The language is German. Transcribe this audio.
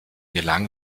gelang